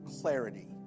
clarity